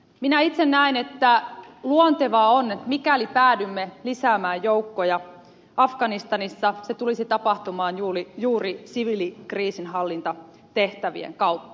minä itse näen että luontevaa on että mikäli päädymme lisäämään joukkoja afganistanissa se tulisi tapahtumaan juuri siviilikriisinhallintatehtävien kautta